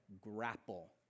grapple